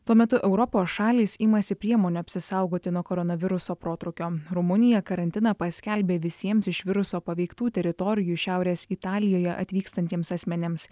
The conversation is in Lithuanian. tuo metu europos šalys imasi priemonių apsisaugoti nuo koronaviruso protrūkio rumunija karantiną paskelbė visiems iš viruso paveiktų teritorijų šiaurės italijoje atvykstantiems asmenims